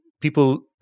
people